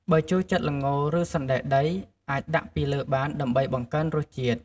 បើចូលចិត្ត ល្ង ឬសណ្ដែកដី អាចដាក់ពីលើបានដើម្បីបង្កើនរសជាតិ។